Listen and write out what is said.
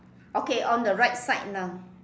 okay on the right side now